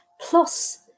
Plus